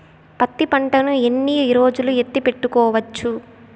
పత్తి పంటను ఎన్ని రోజులు ఎత్తి పెట్టుకోవచ్చు?